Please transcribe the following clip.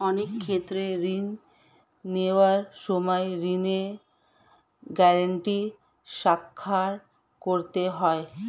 অনেক ক্ষেত্রে ঋণ নেওয়ার সময় ঋণের গ্যারান্টি স্বাক্ষর করতে হয়